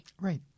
Right